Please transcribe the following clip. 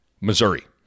Missouri